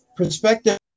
perspective